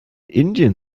indien